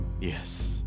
Yes